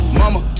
mama